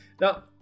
Now